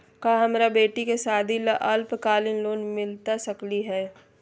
का हमरा बेटी के सादी ला अल्पकालिक लोन मिलता सकली हई?